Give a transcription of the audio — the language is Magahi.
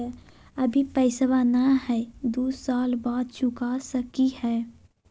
अभि पैसबा नय हय, दू साल बाद चुका सकी हय?